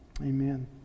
Amen